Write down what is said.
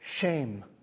shame